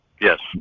Yes